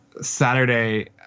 Saturday